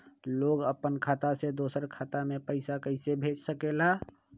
लोग अपन खाता से दोसर के खाता में पैसा कइसे भेज सकेला?